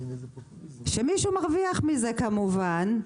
שמישהו מרוויח מזה כמובן,